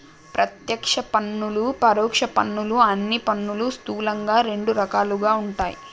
ప్రత్యక్ష పన్నులు, పరోక్ష పన్నులు అని పన్నులు స్థూలంగా రెండు రకాలుగా ఉంటయ్